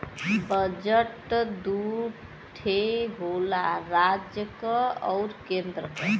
budget दू ठे होला राज्य क आउर केन्द्र क